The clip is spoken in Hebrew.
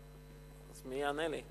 אז מי יענה לי?